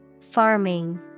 Farming